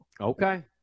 Okay